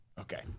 okay